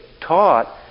taught